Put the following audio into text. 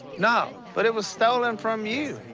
no. but it was stolen from you.